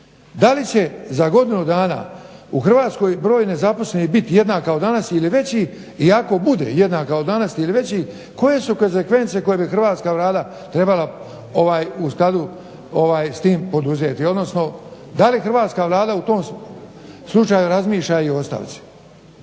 Da li će za godinu dana u Hrvatskoj broj nezaposlenih biti jednak kao danas ili veći i ako bude jednak kao danas ili veći koje su konzekvence koje bi Hrvatska vlada trebala u skladu s tim poduzeti? Odnosno da li Hrvatska vlada u tom slučaju razmišlja i o ostavci?